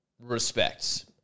respects